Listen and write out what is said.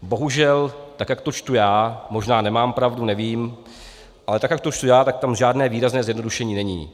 Bohužel, tak jak to čtu já, možná nemám pravdu, nevím, ale tak jak to čtu já, tak tam žádné výrazné zjednodušení není.